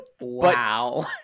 Wow